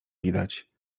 widać